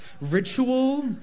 ritual